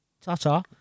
ta-ta